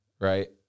right